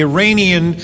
Iranian